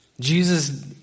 Jesus